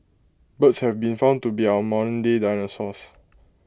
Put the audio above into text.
birds have been found to be our modernday dinosaurs